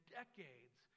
decades